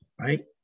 right